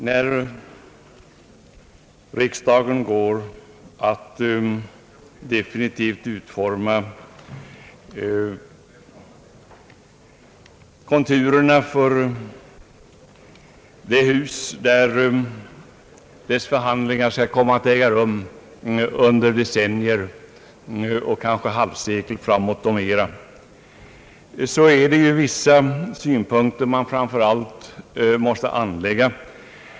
När riksdagen går att definitivt fastställa konturerna för det hus där dess förhandlingar skall komma att äga rum under decennier och kanske halvsekel framåt eller mera, är det vissa synpunkter som man framför allt måste anlägga.